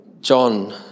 John